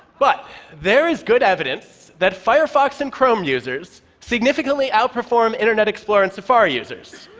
but there is good evidence that firefox and chrome users significantly outperform internet explorer and safari users.